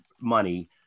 money